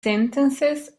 sentences